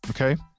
okay